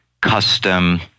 custom